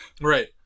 Right